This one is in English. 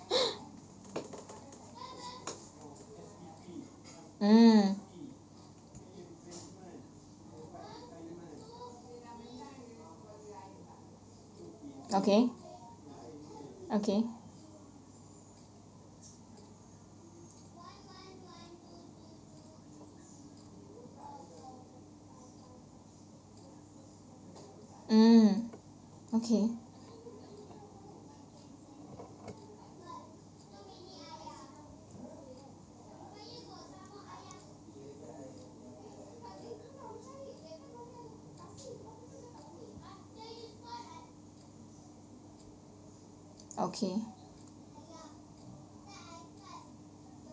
mm okay okay mm okay okay